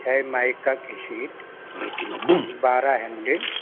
چھ مائیکا کی شیٹ بارہ ہینڈل